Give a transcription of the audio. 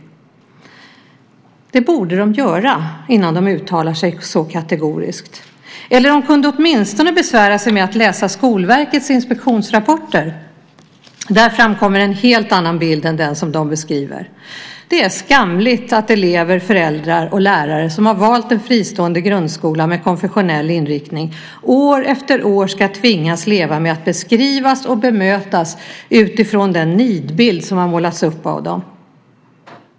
Det borde de göra innan de uttalar sig så kategoriskt. De kunde åtminstone besvära sig med att läsa Skolverkets inspektionsrapporter. Där framkommer en helt annan bild än den som de beskriver. Det är skamligt att elever, föräldrar och lärare som har valt en fristående grundskola med konfessionell inriktning år efter år ska tvingas leva med att beskrivas och bemötas utifrån den nidbild som har målats upp av dem.